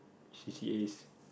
c_c_as